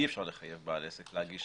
אי אפשר לחייב בעל עסק להגיש